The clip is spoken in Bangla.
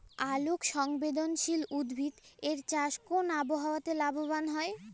আলোক সংবেদশীল উদ্ভিদ এর চাষ কোন আবহাওয়াতে লাভবান হয়?